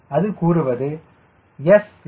அது கூறுவது sland 0